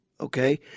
Okay